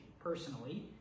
personally